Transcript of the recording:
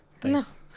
thanks